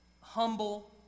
humble